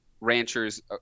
ranchers